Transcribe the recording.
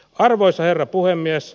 arvoisa herra puhemies